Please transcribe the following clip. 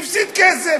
הפסיד כסף.